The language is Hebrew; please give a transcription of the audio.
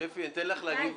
שפי, אני אתן לך להגיב בסוף.